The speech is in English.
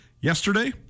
yesterday